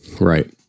Right